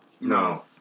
No